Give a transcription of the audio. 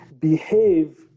behave